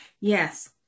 yes